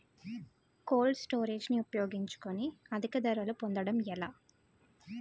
Cold storage ని ఉపయోగించుకొని అధిక ధరలు పొందడం ఎలా?